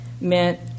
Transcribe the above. meant